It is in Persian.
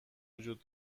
وجود